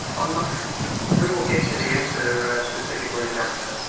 um we will get you the answer specifically about that.